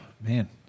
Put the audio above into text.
man